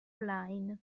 online